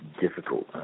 difficult